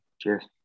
Cheers